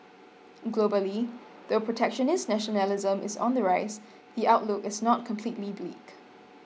globally though protectionist nationalism is on the rise the outlook is not completely bleak